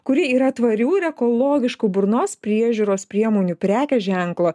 kuri yra tvarių ir ekologiškų burnos priežiūros priemonių prekės ženklo